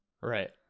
right